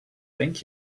thank